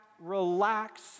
relax